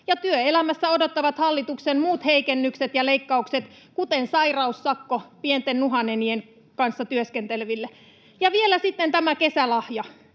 työelämässä odottavat hallituksen muut heikennykset ja leikkaukset, kuten sairaussakko pienten nuhanenien kanssa työskenteleville. Ja sitten on vielä tämä kesälahja,